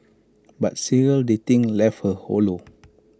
but serial dating left her hollow